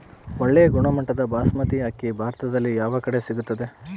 ಒಳ್ಳೆ ಗುಣಮಟ್ಟದ ಬಾಸ್ಮತಿ ಅಕ್ಕಿ ಭಾರತದಲ್ಲಿ ಯಾವ ಕಡೆ ಸಿಗುತ್ತದೆ?